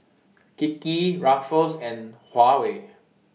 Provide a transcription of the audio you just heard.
Kiki Ruffles and Huawei